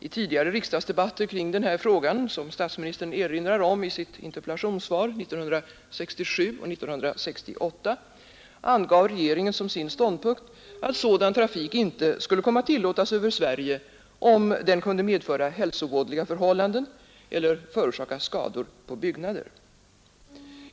I tidigare riksdagsdebatter kring den här frågan som statsministern erinrar om i sitt interpellationssvar 1967 och 1968 angav regeringen som sin ständpunkt att sädan trafik inte skulle komma att tillåtas över Sverige, om den kunde komma att medföra hälsovådliga förhållanden eller förorsaka skador på byggnader.